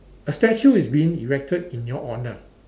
a statue is being erected in your honour